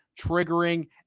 triggering